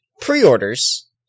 pre-orders